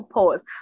Pause